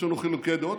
יש לנו חילוקי דעות,